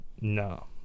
no